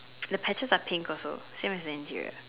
the patches are pink also same as the interior